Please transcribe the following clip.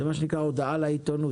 זה מה שנקרא "הודעה לעיתונות",